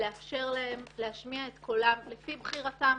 לאפשר להם להשמיע את קולם לפי בחירתם,